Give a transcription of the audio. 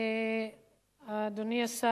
אדוני השר,